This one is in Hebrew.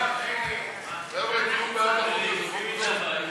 ההצעה להעביר את הצעת חוק מס ערך מוסף (תיקון מס' 56),